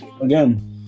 again